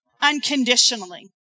unconditionally